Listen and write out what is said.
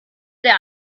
der